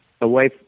away